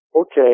Okay